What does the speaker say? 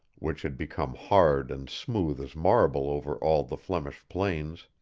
which had become hard and smooth as marble over all the flemish plains,